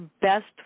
best